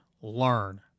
learn